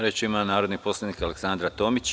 Reč ima narodni poslanik Aleksandra Tomić.